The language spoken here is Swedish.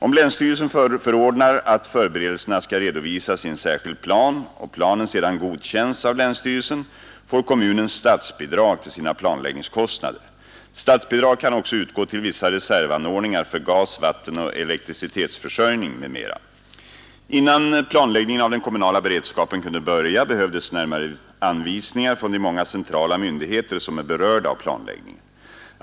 Om länsstyrelsen förordnar att förberedelserna skall redovisas i en särskild plan och planen sedan godkänns av länsstyrelsen, får kommunen statsbidrag till sina planlägg ningskostnader. Statsbidrag kan också utgå till vissa reservanordningar för gas-, vattenoch elektricitetsförsörjningen m.m. Innan planläggningen av den kommunala beredskapen kunde börja behövdes närmare anvisningar från de många centrala myndigheter som är berörda av planläggningen.